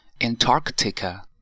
Antarctica